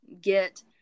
get